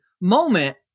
moment